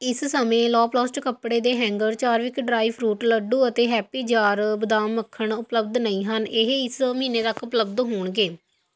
ਇਸ ਸਮੇਂ ਲੋਪਲੋਸਟ ਕੱਪੜੇ ਦੇ ਹੈਂਗਰ ਚਾਰਵਿਕ ਡਰਾਈ ਫਰੂਟ ਲੱਡੂ ਅਤੇ ਹੈਪੀ ਜਾਰ ਬਦਾਮ ਮੱਖਣ ਉਪਲਬਧ ਨਹੀਂ ਹਨ ਇਹ ਇਸ ਮਹੀਨੇ ਤੱਕ ਉਪਲਬਧ ਹੋਣਗੇ